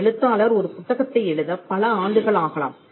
ஒரு எழுத்தாளர் ஒரு புத்தகத்தை எழுத பல ஆண்டுகள் ஆகலாம்